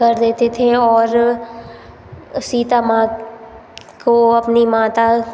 कर देते थे और सीता माँ को अपनी माता